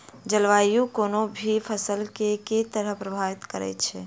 जलवायु कोनो भी फसल केँ के तरहे प्रभावित करै छै?